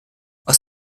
aus